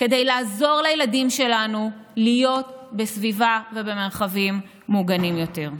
לעזור לילדים שלנו להיות בסביבה ובמרחבים מוגנים יותר.